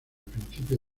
principio